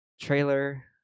Trailer